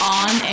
on